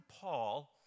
Paul